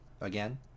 again